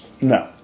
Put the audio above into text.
No